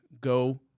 go